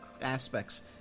aspects